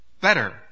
better